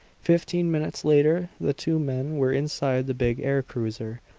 fifteen minutes later the two men were inside the big air-cruiser,